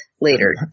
later